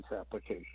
application